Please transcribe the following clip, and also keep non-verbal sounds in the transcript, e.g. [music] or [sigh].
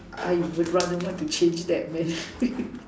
I would rather want to change that man [laughs]